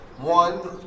One